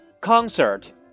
Concert